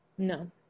no